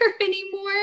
anymore